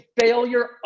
failure